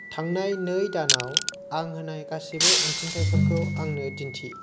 थांनाय नै दानाव आं होनाय गासैबो अनसुंथाइफोरखौ आंनो दिन्थि